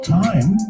time